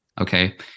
Okay